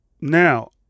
Now